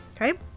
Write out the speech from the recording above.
okay